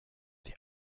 die